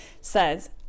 says